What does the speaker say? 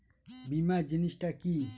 বীমা জিনিস টা কি?